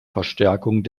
verstärkung